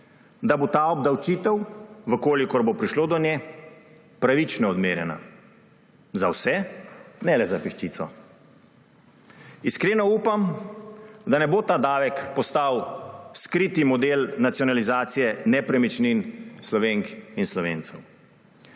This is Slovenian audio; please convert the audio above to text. da bo ta obdavčitev, če bo prišlo do nje, pravično odmerjena. Za vse, ne le za peščico. Iskreno upam, da ne bo ta davek postal skriti model nacionalizacije nepremičnin Slovenk in Slovencev.